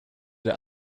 der